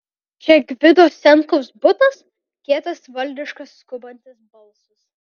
čia gvido senkaus butas kietas valdiškas skubantis balsas